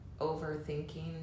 overthinking